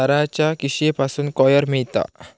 नारळाच्या किशीयेपासून कॉयर मिळता